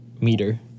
meter